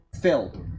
filled